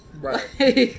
Right